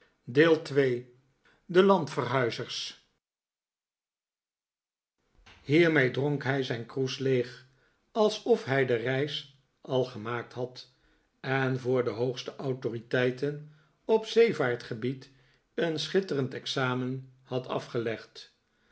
roept hiermee dronk hij zijn kroes leeg alsof hij de reis al gemaakt had en voor de hoogste autoriteiten op zeevaart gebied een schitterend examen had afgelegd